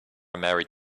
married